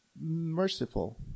Merciful